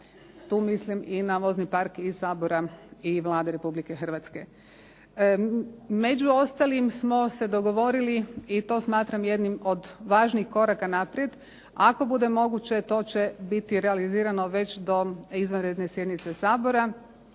Tu mislim i na vozni park i Sabora i Vlade Republike Hrvatske. Među ostalim smo se dogovorili i to smatram jednim od važnih koraka naprijed, ako bude moguće to će biti realizirano već do izvanredne sjednice Sabora.